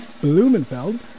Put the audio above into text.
Blumenfeld